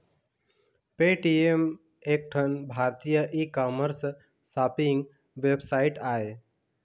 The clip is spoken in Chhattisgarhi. पेटीएम एक ठन भारतीय ई कामर्स सॉपिंग वेबसाइट आय